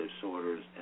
disorders